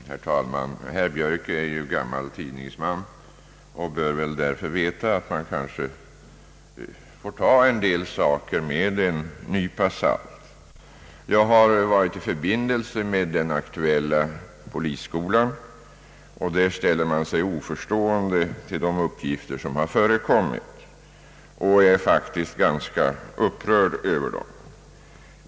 Herr talman! Herr Björk är ju gammal tidningsman och bör väl därför veta att man kanske får ta en del uppgifter med en nypa salt. Jag har varit i förbindelse med den aktuella polisskolan. Där ställer man sig oförstående till de uppgifter som förekommit och är faktiskt ganska upprörd över dem.